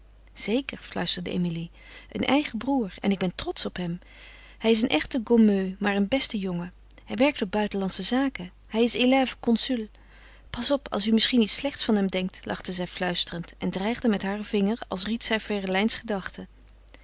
zeker fluisterde emilie een eigen broêr en ik ben trotsch op hem hij is een echte gommeux maar een beste jongen hij werkt op buitenlandsche zaken hij is élève consul pas op als u misschien iets slechts van hem denkt lachte zij fluisterend en dreigde met haren vinger als ried zij ferelijns gedachte